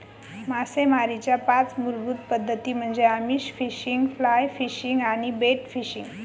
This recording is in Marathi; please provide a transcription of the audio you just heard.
मासेमारीच्या पाच मूलभूत पद्धती म्हणजे आमिष फिशिंग, फ्लाय फिशिंग आणि बेट फिशिंग